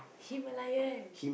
Himalayan